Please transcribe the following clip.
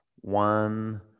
One